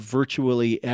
virtually